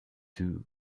too